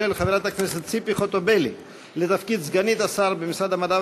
של חברת הכנסת ציפי חוטובלי לתפקיד סגנית שר במשרד המדע,